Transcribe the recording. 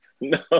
No